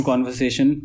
conversation